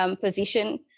position